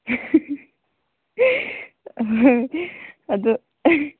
ꯑꯗꯨ